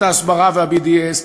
את ההסברה וה-BDS,